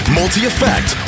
multi-effect